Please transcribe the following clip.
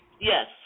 Yes